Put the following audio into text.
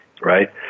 Right